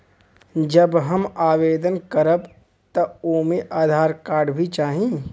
जब हम आवेदन करब त ओमे आधार कार्ड भी चाही?